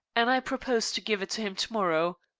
and i propose to give it to him to-morrow.